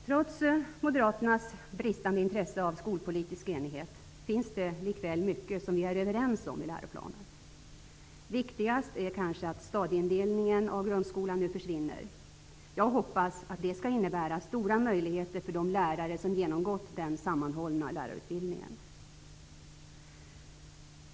Trots moderaternas bristande intresse när det gäller skolpolitisk enighet finns det likväl mycket i läroplanen som vi är överens om. Viktigast är kanske att stadieindelningen av grundskolan nu försvinner. Jag hoppas att detta skall innebära stora möjligheter för de lärare som har genomgått den sammanhållna lärarutbildningen.